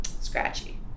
scratchy